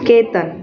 Ketan